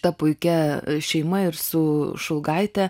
ta puikia šeima ir su šulgaite